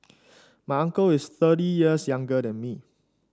my uncle is thirty years younger than me